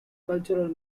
cultural